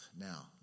Now